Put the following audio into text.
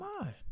mind